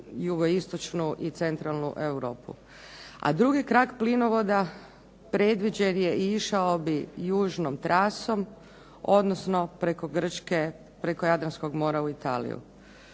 jugoistočnu i centralnu Europu. A drugi krak plinovoda predviđen je i išao bi južnom trasom, odnosno preko Grčke, preko Jadranskog mora u Italiju.